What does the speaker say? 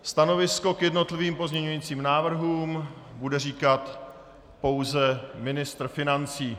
Stanovisko k jednotlivým pozměňovacím návrhům bude říkat pouze ministr financí.